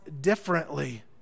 differently